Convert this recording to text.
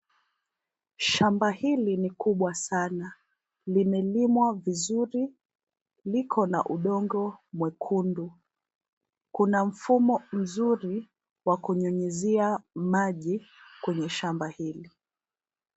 Shamba hili ni kubwa sana. Limelimwa vizuri. Liko na udongo mwekundu. Kuna mfumo mzuri wa kunyunyizia maji kwenye shamba hili.